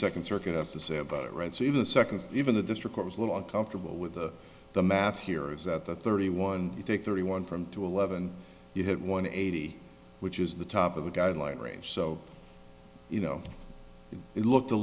second circuit has to say about rights even seconds even the district was a little uncomfortable with the math here is that the thirty one you take thirty one from two eleven you had one eighty which is the top of the guideline range so you know it looked a